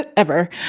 but ever.